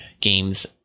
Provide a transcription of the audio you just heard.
games